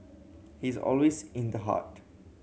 he's always in the heart